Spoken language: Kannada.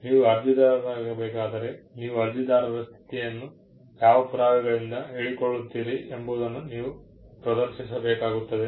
ನೀವು ಅರ್ಜಿದಾರರಾಗಬೇಕಾದರೆ ನೀವು ಅರ್ಜಿದಾರರ ಸ್ಥಿತಿಯನ್ನು ಯಾವ ಪುರಾವೆಗಳಿಂದ ಹೇಳಿಕೊಳ್ಳುತ್ತೀರಿ ಎಂಬುದನ್ನು ನೀವು ಪ್ರದರ್ಶಿಸಬೇಕಾಗುತ್ತದೆ